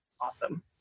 awesome